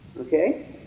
Okay